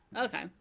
okay